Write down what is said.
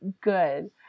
good